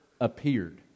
appeared